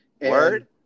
word